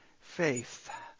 faith